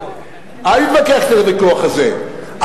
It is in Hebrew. אל תתווכח את הוויכוח הזה.